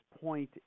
point